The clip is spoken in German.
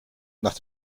nach